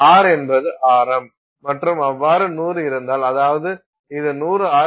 R என்பது ஆரம் மற்றும் அவ்வாறு 100 இருந்தால் அதாவது இது 100 ஆர்